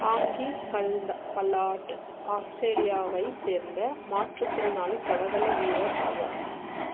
ஆங்கி பல்ட பல்லார்ட் ஆஸ்திரேலியாவைச் சேர்ந்த மாற்றுத்திறனாளி தடகள வீரர் ஆவார்